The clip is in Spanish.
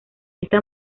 esta